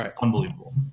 unbelievable